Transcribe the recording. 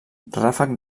ràfec